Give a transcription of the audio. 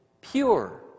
pure